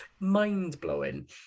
mind-blowing